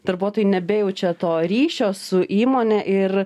darbuotojai nebejaučia to ryšio su įmone ir